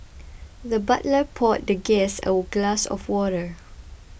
the butler poured the guest a glass of water